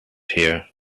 here